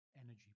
energy